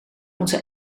onze